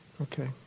Okay